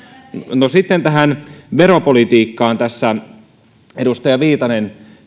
no sitten tähän veropolitiikkaan tässä edustaja viitanen